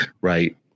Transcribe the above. Right